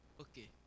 Okay